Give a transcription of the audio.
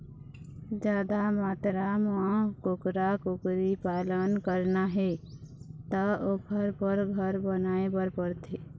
जादा मातरा म कुकरा, कुकरी पालन करना हे त ओखर बर घर बनाए बर परथे